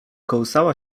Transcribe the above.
kołysała